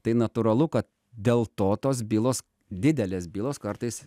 tai natūralu kad dėl to tos bylos didelės bylos kartais